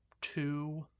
Two